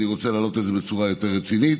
ואני רוצה להעלות את זה בצורה יותר רצינית.